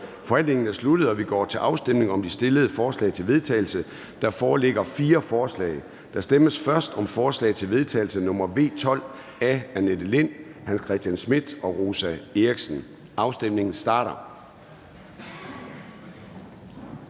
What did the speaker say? Forhandlingen er sluttet, og vi går til afstemning om de fremsatte forslag til vedtagelse. Der foreligger fire forslag. Der stemmes først om forslag til vedtagelse nr. V 12 af Annette Lind (S), Hans Christian Schmidt (V) og Rosa Eriksen (M). Afstemningen starter.